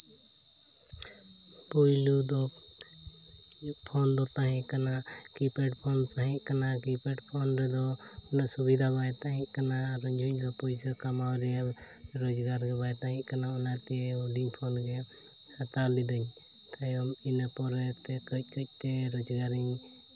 ᱯᱩᱭᱞᱩ ᱫᱚ ᱤᱧᱟᱹᱜ ᱯᱷᱳᱱ ᱫᱚ ᱛᱟᱦᱮᱸ ᱠᱟᱱᱟ ᱠᱤᱯᱮᱰ ᱯᱷᱳᱱ ᱛᱟᱦᱮᱸ ᱠᱟᱱᱟ ᱠᱤᱯᱮᱰ ᱯᱷᱳᱱ ᱨᱮᱫᱚ ᱩᱱᱟᱹᱜ ᱥᱩᱵᱤᱫᱟ ᱵᱟᱭ ᱛᱟᱦᱮᱸ ᱠᱟᱱᱟ ᱟᱨ ᱩᱱ ᱡᱚᱦᱚᱜ ᱫᱚ ᱯᱩᱭᱥᱟᱹ ᱠᱟᱢᱟᱣ ᱨᱮᱭᱟᱜ ᱨᱳᱡᱽᱜᱟᱨ ᱜᱮ ᱵᱟᱭ ᱛᱟᱷᱮᱱ ᱠᱟᱱᱟ ᱚᱱᱟᱛᱮ ᱦᱩᱰᱤᱧ ᱯᱷᱳᱱ ᱜᱮ ᱦᱟᱛᱟᱣ ᱞᱤᱫᱟᱹᱧ ᱛᱟᱭᱚᱢ ᱤᱱᱟᱹ ᱯᱚᱨᱮ ᱠᱟᱹᱡ ᱠᱟᱹᱡᱛᱮ ᱨᱳᱡᱽᱜᱟᱨ ᱤᱧ